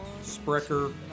Sprecher